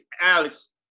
Alex